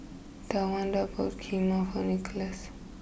Tawanda bought Kheema Nicholaus